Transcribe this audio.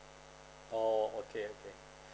oh okay okay